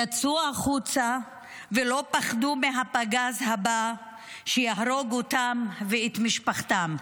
יצאו החוצה ולא פחדו מהפגז הבא שיהרוג אותם ואת משפחתם.